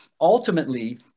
Ultimately